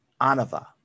anava